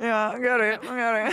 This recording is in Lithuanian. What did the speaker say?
jo gerai nu gerai